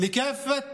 בשפה הערבית,